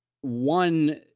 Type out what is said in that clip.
One